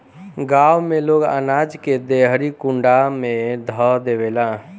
गांव में लोग अनाज के देहरी कुंडा में ध देवेला